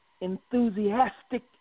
enthusiastic